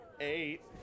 eight